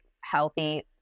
healthy